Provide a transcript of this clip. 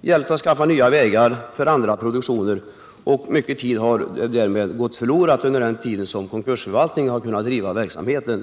gällt att skaffa annan produktion, och mycket tid har gått förlorad under den tid som konkursförvaltningen har drivit verksamheten.